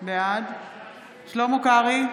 בעד שלמה קרעי,